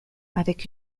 avec